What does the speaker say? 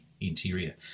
interior